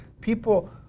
people